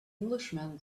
englishman